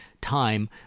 time